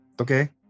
Okay